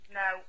no